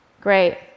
Great